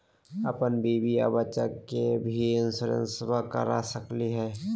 अपन बीबी आ बच्चा के भी इंसोरेंसबा करा सकली हय?